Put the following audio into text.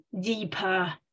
deeper